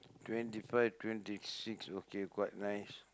twenty five twenty six okay quite nice